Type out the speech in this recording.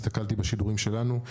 הסתכלתי בשידורים שלנו,